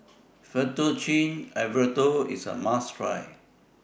Fettuccine Alfredo IS A must Try